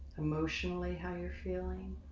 emotionally, how you're feeling,